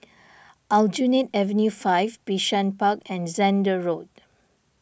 Aljunied Avenue five Bishan Park and Zehnder Road